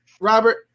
Robert